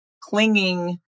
clinging